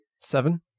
Seven